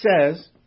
says